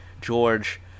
George